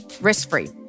risk-free